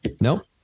Nope